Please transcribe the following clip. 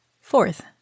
Fourth